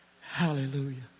Hallelujah